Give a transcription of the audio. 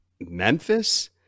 Memphis